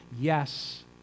yes